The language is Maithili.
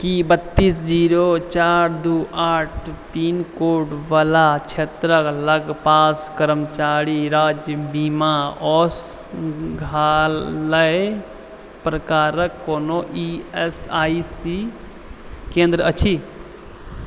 की बत्तीस जीरो चार दू आठ पिन कोड वाला क्षेत्रक लगपास कर्मचारी राज्य बीमा औषधालय प्रकारक कोनो ई एस आई सी केंद्र अछि